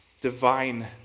divine